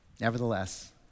Nevertheless